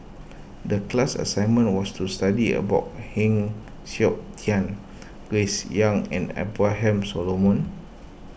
the class assignment was to study about Heng Siok Tian Grace Young and Abraham Solomon